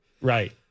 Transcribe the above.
Right